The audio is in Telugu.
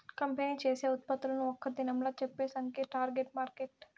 కంపెనీ చేసే ఉత్పత్తులను ఒక్క దినంలా చెప్పే సంఖ్యే టార్గెట్ మార్కెట్